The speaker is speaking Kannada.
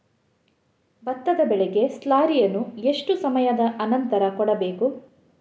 ಭತ್ತದ ಬೆಳೆಗೆ ಸ್ಲಾರಿಯನು ಎಷ್ಟು ಸಮಯದ ಆನಂತರ ಕೊಡಬೇಕು?